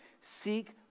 Seek